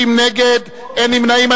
60 נגד, אין נמנעים.